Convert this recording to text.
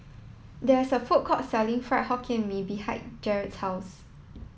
there is a food court selling fried Hokkien Mee behind Jaret's house